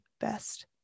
best